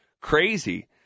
crazy